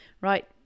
right